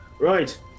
Right